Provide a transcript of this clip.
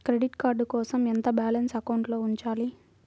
Credit card కోసం ఎంత balance అకౌంట్లో ఉంచాలి?